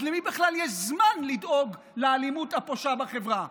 אז למי בכלל יש זמן לדאוג לאלימות הפושה בחברה?